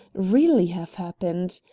really have happened.